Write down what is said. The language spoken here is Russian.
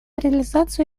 реализацию